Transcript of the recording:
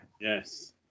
yes